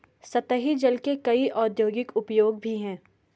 सतही जल के कई औद्योगिक उपयोग भी हैं